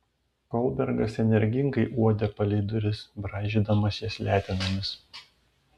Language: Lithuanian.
kolbergas energingai uodė palei duris braižydamas jas letenomis